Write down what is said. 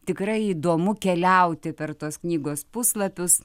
tikrai įdomu keliauti per tos knygos puslapius